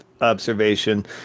observation